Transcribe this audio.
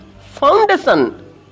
foundation